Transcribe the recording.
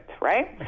right